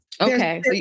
Okay